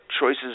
choices